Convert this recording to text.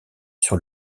sur